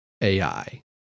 AI